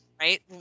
Right